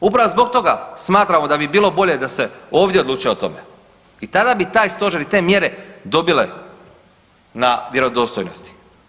Upravo zbog toga smatramo da bi bilo bolje da se ovdje odlučuje o tome i tada bi taj stožer i te mjere dobile na vjerodostojnosti.